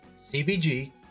CBG